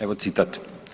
Evo citat.